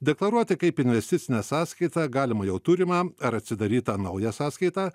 deklaruoti kaip investicinę sąskaitą galima jau turimą ar atsidarytą naują sąskaitą